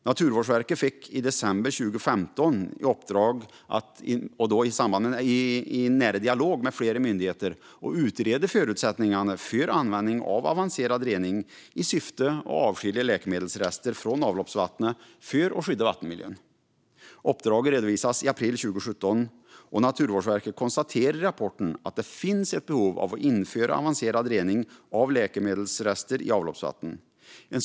Naturvårdsverket fick i december 2015 i uppdrag att i nära dialog med flera myndigheter utreda förutsättningarna för användning av avancerad rening i syfte att avskilja läkemedelsrester från avloppsvatten för att skydda vattenmiljön. Uppdraget redovisades i april 2017. Naturvårdsverket konstaterar i rapporten att det finns ett behov av att införa avancerad rening av läkemedelsrester i avloppsvatten.